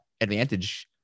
advantage